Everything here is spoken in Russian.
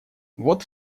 вот